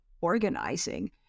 organizing